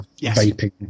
vaping